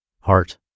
Heart